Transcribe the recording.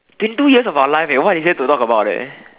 been two years of our life eh what is there to talk about eh